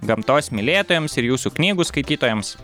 gamtos mylėtojams ir jūsų knygų skaitytojams